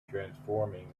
transforming